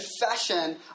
confession